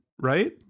right